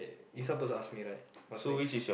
you supposed to ask me right what's next